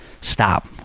stop